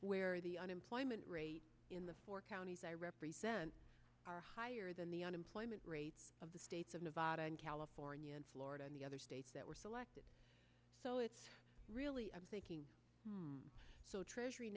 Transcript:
where the unemployment rate in the four counties i represent are higher than the unemployment rate of the states of nevada and california and florida and the other states that were selected so it's really making so treasury